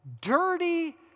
dirty